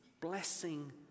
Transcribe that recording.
blessing